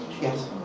Yes